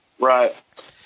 right